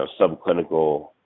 subclinical